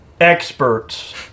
experts